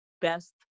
best